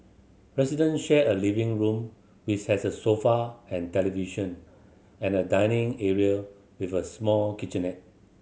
resident share a living room which has a sofa and television and a dining area with a small kitchenette